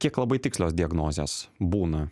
kiek labai tikslios diagnozės būna